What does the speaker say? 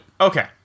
Okay